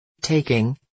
Taking